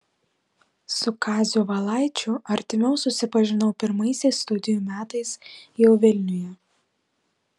su kaziu valaičiu artimiau susipažinau pirmaisiais studijų metais jau vilniuje